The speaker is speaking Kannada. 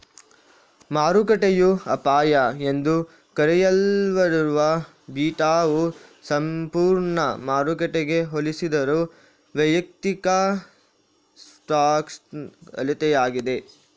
ಮಾರುಕಟ್ಟೆಯ ಅಪಾಯ ಎಂದೂ ಕರೆಯಲ್ಪಡುವ ಬೀಟಾವು ಸಂಪೂರ್ಣ ಮಾರುಕಟ್ಟೆಗೆ ಹೋಲಿಸಿದರೆ ವೈಯಕ್ತಿಕ ಸ್ಟಾಕ್ನ ಅಳತೆಯಾಗಿದೆ